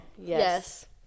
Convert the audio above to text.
Yes